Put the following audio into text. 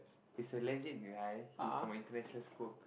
he's a lazy guy he's from a international school